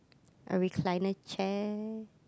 a recliner chair